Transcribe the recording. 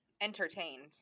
Entertained